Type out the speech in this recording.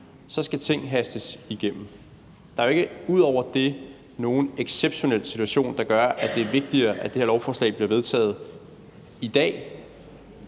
skal ting hastes igennem. Der er jo ikke ud over det nogen exceptionel situation, der gør, at det er vigtigere, at det her lovforslag bliver vedtaget i dag